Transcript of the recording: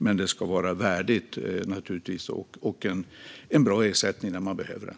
Men det ska naturligtvis vara värdigt, och ersättningen ska vara bra när man behöver den.